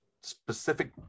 specific